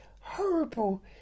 horrible